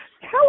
tell